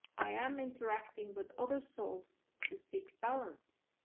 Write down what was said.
i am interacting with other souls to seek balance.